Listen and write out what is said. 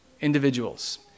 individuals